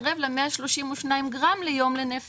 אתך לעשות דיון רק על הנושא הזה,